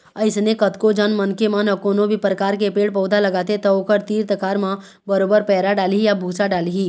अइसने कतको झन मनखे मन ह कोनो भी परकार के पेड़ पउधा लगाथे त ओखर तीर तिखार म बरोबर पैरा डालही या भूसा डालही